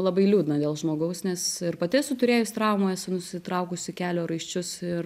labai liūdna dėl žmogaus nes ir pati esu turėjus traumų esu nusitraukusi kelio raiščius ir